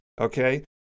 okay